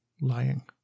lying